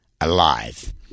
alive